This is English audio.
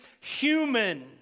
human